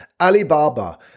Alibaba